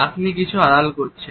আপনি কিছু আড়াল করছেন